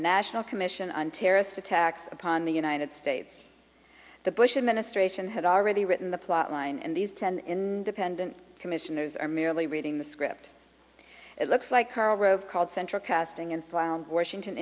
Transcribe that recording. national commission on terrorist attacks upon the united states the bush administration had already written the plotline and these ten dependent commissioners are merely reading the script it looks like karl rove called central casting and found washington